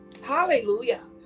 Hallelujah